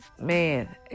Man